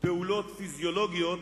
פעולות פיזיולוגיות